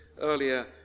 earlier